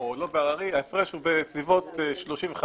או לא בהררי, ההפרש הוא בסביבות 35%,